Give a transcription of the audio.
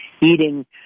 eating